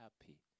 happy